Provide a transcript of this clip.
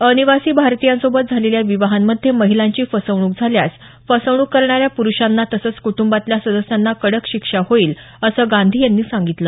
अनिवासी भारतीयांसोबत झालेल्या विवाहांमध्ये महिलांची फसवणूक झाल्यास फसवणूक करणाऱ्या प्रूषांना तसंच कुटुंबातल्या सदस्यांना कडक शिक्षा होईल असं गांधी यांनी सांगितलं